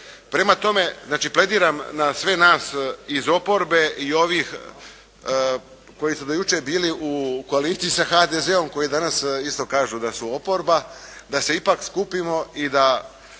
Prema tome, znači plediram na sve nas iz oporbe i ovih koji su do jučer bili u koaliciji sa HDZ-om, koji danas isto kažu da su oporba da se ipak skupimo i da